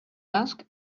asked